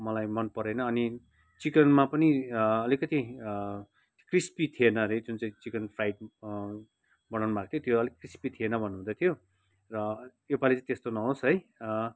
मलाई मनपरेन अनि चिकनमा पनि अलिकति क्रिस्पी थिएन अरे जुन चाहिँ चिकन फ्राइड बनाउनुभएको थियो त्यो अलिक क्रिस्पी थिएन भन्नुहुँदै थियो र यो पालि चाहिँ त्यस्तो नहोस् है